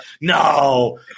no